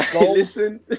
Listen